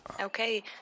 Okay